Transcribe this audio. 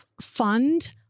fund